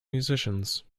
musicians